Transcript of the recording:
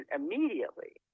immediately